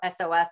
SOS